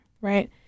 Right